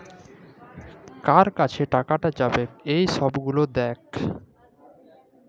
কাকে টাকাট যাবেক এই ছব গিলা দ্যাখা